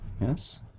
Yes